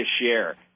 share